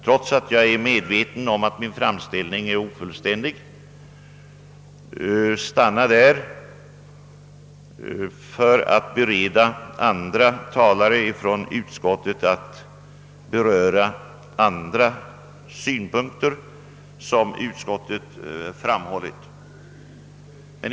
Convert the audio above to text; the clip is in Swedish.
Trots att jag är medveten om att min framställning är ofullständig tänker jag stanna med det anförda för att bereda andra ledamöter av utskottet möjlighet att beröra de övriga synpunkter som utskottet framfört.